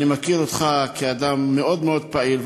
אני מכיר אותך כאדם מאוד מאוד פעיל,